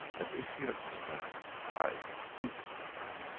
and if you understand light is a sound,